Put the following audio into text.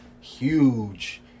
huge